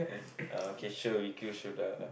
uh okay sure we should uh